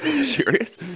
Serious